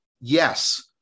Yes